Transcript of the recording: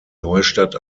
neustadt